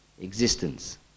existence